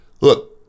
Look